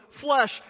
flesh